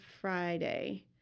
Friday